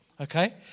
Okay